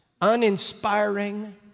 uninspiring